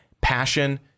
passion